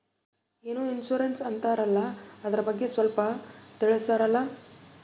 ಏನೋ ಇನ್ಸೂರೆನ್ಸ್ ಅಂತಾರಲ್ಲ, ಅದರ ಬಗ್ಗೆ ಸ್ವಲ್ಪ ತಿಳಿಸರಲಾ?